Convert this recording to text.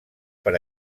per